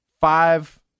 five